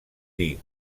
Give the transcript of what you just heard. dir